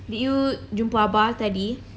did you jumpa abah tadi